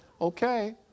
okay